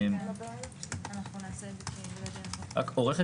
אפשר לשמור על אוורור,